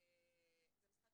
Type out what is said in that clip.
משרד